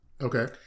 Okay